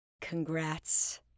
congrats